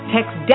Text